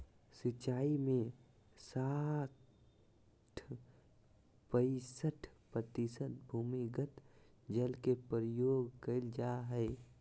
सिंचाई में साठ पईंसठ प्रतिशत भूमिगत जल के प्रयोग कइल जाय हइ